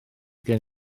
gen